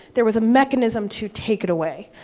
there was a mechanism to take it away.